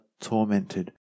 tormented